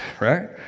right